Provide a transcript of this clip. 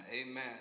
Amen